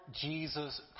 Jesus